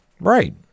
Right